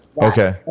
okay